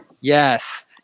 Yes